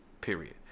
Period